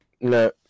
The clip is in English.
No